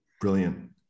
brilliant